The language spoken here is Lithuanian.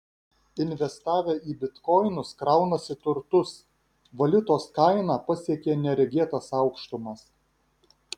investavę į bitkoinus kraunasi turtus valiutos kaina pasiekė neregėtas aukštumas